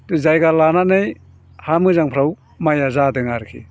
जायगा लानानै हा मोजांफ्राव माइया जादों आरोखि